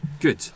Good